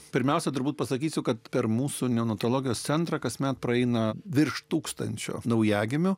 pirmiausia turbūt pasakysiu kad per mūsų neonatologijos centro kasmet praeina virš tūkstančio naujagimių